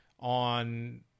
on